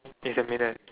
it's a middle